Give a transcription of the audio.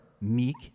meek